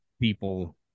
people